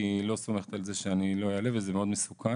כי היא לא סומכת על זה שאני לא אעלה וזה מאוד מסוכן.